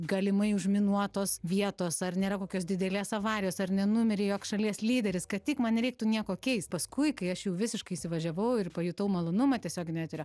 galimai užminuotos vietos ar nėra kokios didelės avarijos ar nenumirė joks šalies lyderis kad tik man nereiktų nieko keist paskui kai aš jau visiškai įsivažiavau ir pajutau malonumą tiesioginio eterio